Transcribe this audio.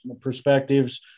perspectives